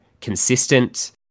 consistent